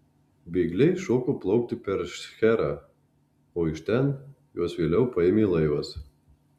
bėgliai šoko plaukti per šcherą o iš ten juos vėliau paėmė laivas